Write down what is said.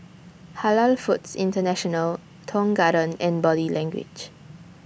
Halal Foods International Tong Garden and Body Language